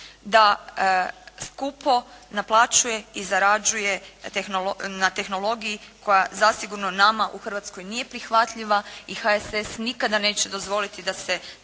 da skupo naplaćuje i zarađuje na tehnologiji koja zasigurno nama u Hrvatskoj nije prihvatljiva i HSS nikada neće dozvoliti da se